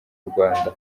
rwanda